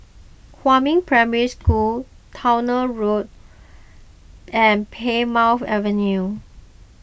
Huamin Primary School Towner Road and Plymouth Avenue